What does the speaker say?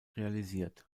realisiert